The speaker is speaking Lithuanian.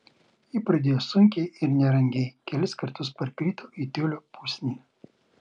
ji pradėjo sunkiai ir nerangiai kelis kartus parkrito į tiulio pusnį